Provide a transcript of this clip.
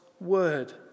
word